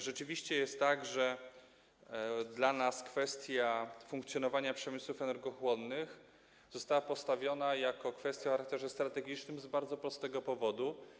Rzeczywiście jest tak, że dla nas kwestia funkcjonowania przemysłów energochłonnych została postawiona jako kwestia o charakterze strategicznym z bardzo prostego powodu.